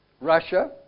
Russia